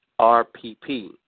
RPP